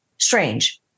Strange